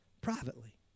privately